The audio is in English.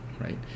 right